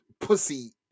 pussy